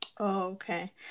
Okay